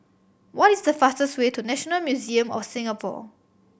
what is the fastest way to National Museum of Singapore